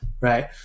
right